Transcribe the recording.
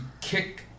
kick